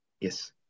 Yes